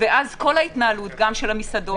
ואז כל ההתנהלות גם של המסעדות,